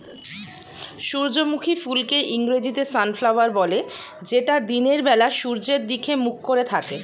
সূর্যমুখী ফুলকে ইংরেজিতে সানফ্লাওয়ার বলে যেটা দিনের বেলা সূর্যের দিকে মুখ করে থাকে